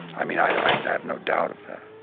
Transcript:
i mean, i have no doubt of that.